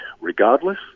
regardless